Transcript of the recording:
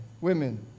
women